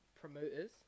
promoters